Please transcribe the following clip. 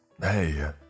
Hey